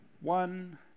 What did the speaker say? one